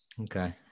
Okay